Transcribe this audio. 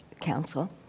Council